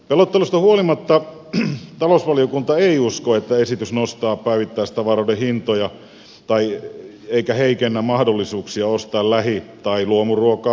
pelotteluista huolimatta talousvaliokunta ei usko että esitys nostaa päivittäistavaroiden hintoja tai heikentää mahdollisuuksia ostaa lähi tai luomuruokaa